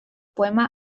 poema